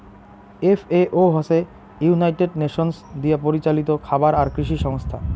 FAO হসে United Nations দিয়াপরিচালিত খাবার আর কৃষি সংস্থা